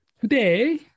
Today